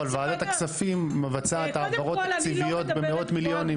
אבל ועדת הכספים מבצעת העברות רציניות במאות מיליונים.